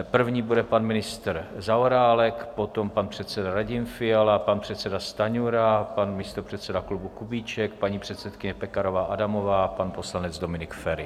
První bude pan ministr Zaorálek, potom pan předseda Radim Fiala, pan předseda Stanjura, pan místopředseda klubu Kubíček, paní předsedkyně Pekarová Adamová a pan poslanec Dominik Feri.